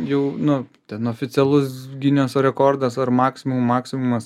jau nu ten oficialus gineso rekordas ar maksimum maksimumas